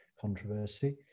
controversy